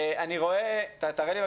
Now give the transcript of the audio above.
תראה לי,